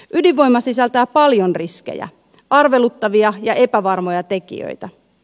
ydinvoima sisältää paljon riskejä arveluttavia ja epävarmoja tekijöitä